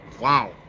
Wow